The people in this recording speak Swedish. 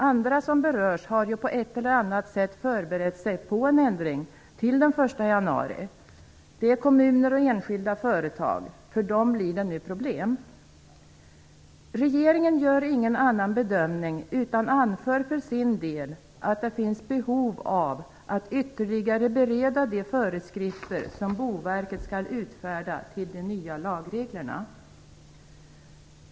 Andra som berörs har ju på ett eller annat sätt förberett sig på en ändring till den 1 januari. Det är kommuner och enskilda företag, och för dem blir det nu problem. Regeringen gör ingen annan bedömning, utan anför för sin del att det finns behov av att ytterligare bereda de föreskrifter som Boverket skall utfärda till de nya lagreglerna.